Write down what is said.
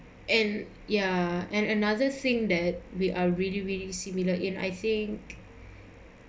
and ya and another thing that we are really really similar in I think